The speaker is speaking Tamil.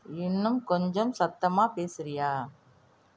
இன்னும் கொஞ்சம் சத்தமாக பேசுகிறியா